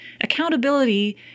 Accountability